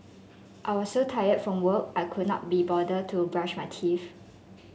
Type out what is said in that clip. I was so tired from work I could not be bother to brush my teeth